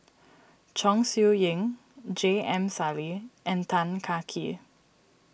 Chong Siew Ying J M Sali and Tan Kah Kee